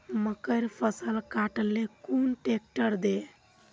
मकईर फसल काट ले कुन ट्रेक्टर दे?